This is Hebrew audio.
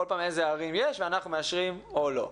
כל פעם איזה ערים יש ואנחנו מאשרים או לא.